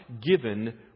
given